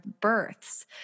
births